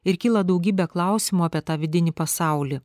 ir kyla daugybė klausimų apie tą vidinį pasaulį